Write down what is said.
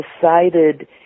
decided